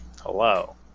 Hello